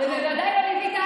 תעבירי את המנדט.